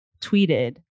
tweeted